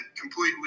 completely